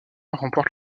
remportent